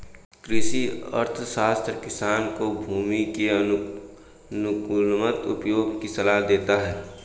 कृषि अर्थशास्त्र किसान को भूमि के अनुकूलतम उपयोग की सलाह देता है